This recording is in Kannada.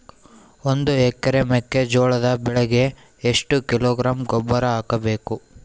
ಒಂದು ಎಕರೆ ಮೆಕ್ಕೆಜೋಳದ ಬೆಳೆಗೆ ಎಷ್ಟು ಕಿಲೋಗ್ರಾಂ ಗೊಬ್ಬರ ಹಾಕಬೇಕು?